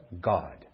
God